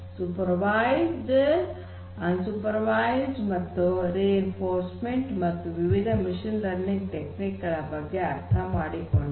super ವೈಸ್ಡ್ unsupervised ಮತ್ತು reinforcement learning ಮತ್ತು ವಿವಿಧ ಮಷೀನ್ ಲರ್ನಿಂಗ್ ಟೆಕ್ನಿಕ್ಸ್ ಗಳ ಬಗ್ಗೆ ಅರ್ಥ ಮಾಡಿಕೊಂಡೆವು